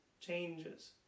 changes